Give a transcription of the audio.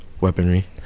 weaponry